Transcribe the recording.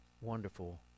wonderful